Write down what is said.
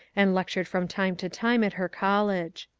and lectured from time to time at her college.